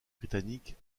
britanniques